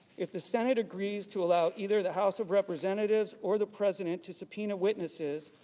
if the senate agrees to allow either the house of representatives or the president to subpoena witnesses,